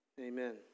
Amen